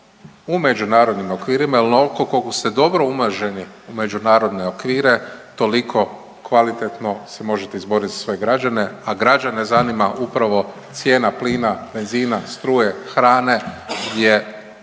u međunarodnim okvirima jer onoliko koliko ste dobro umaženi u međunarodne okvire, toliko kvalitetno se možete izboriti za svoje građane, a građane zanima upravo cijena plina, benzina, struje, hrane, gdje kada